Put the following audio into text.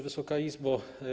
Wysoka Izbo!